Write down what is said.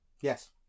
Yes